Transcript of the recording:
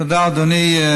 תודה, אדוני.